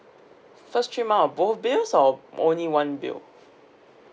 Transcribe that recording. first three month of both bills or only one bill